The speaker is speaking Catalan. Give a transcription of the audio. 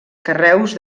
carreus